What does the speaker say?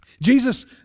Jesus